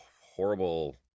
horrible